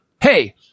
Hey